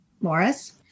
Morris